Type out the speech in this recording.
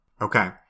Okay